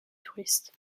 touristes